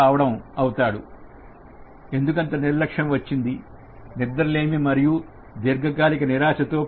ఎందుకంత నిర్లక్ష్యం వచ్చింది నిద్రలేమి మరియు దీర్ఘకాలిక నిరాశ తో ప్రేరేపించబడిన ది